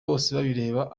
bosebabireba